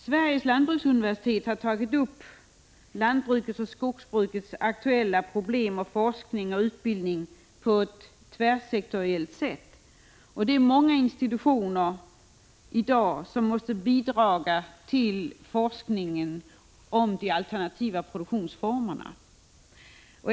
Sveriges lantbruksuniversitet har tagit upp lantbrukets och skogsbrukets aktuella problem om forskning och utbildning på ett tvärsektoriellt sätt. Det är för närvarande många institutioner som måste bidra till forskningen om de alternativa produktionsformerna.